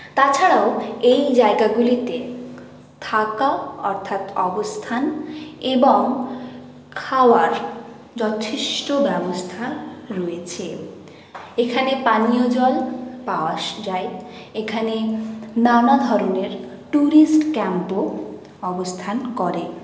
তাছাড়াও এই জায়গাগুলিতে থাকা অর্থাৎ অবস্থান এবং খাওয়ার যথেষ্ট ব্যবস্থা রয়েছে এখানে পানীয় জল পাওয়া যায় এখানে নানা ধরনের টুরিস্ট ক্যাম্পও অবস্থান করে